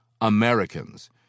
Americans